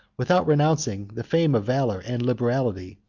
without renouncing the fame of valor and liberality,